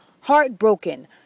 heartbroken